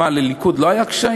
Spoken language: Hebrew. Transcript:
מה, לליכוד לא היו קשיים?